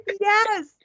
Yes